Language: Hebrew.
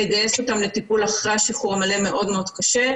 לגייס אותו לטיפול אחרי השחרור מאוד מאוד קשה,